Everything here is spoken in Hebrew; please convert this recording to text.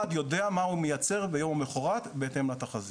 יודע מה הוא מייצר ביום למחרת בהתאם לתחזית.